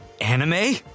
Anime